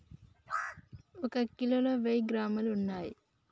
ఒక కిలోలో వెయ్యి గ్రాములు ఉన్నయ్